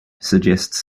suggests